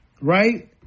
Right